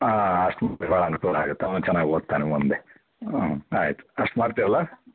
ಹಾಂ ಅಷ್ಟು ಅನುಕೂಲಾಗತ್ತೆ ಅವನೂ ಚೆನ್ನಾಗಿ ಓದ್ತಾನೆ ಮುಂದೆ ಹೂಂ ಆಯಿತು ಅಷ್ಟು ಮಾಡ್ತೀರಲ್ಲ